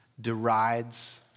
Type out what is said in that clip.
derides